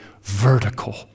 vertical